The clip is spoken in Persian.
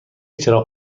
چراغ